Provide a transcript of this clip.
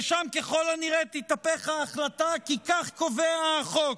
ושם ככל הנראה תתהפך ההחלטה, כי כך קובע החוק.